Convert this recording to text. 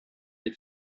les